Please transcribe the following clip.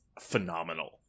phenomenal